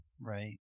Right